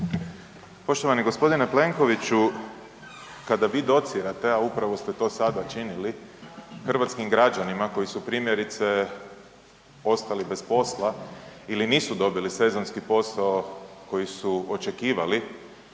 Poštovani g. Plenkoviću, kada vi docirate, a upravo ste to sada činili hrvatskim građanima koji su primjerice ostali bez posla ili nisu dobili sezonski posao koji su očekivali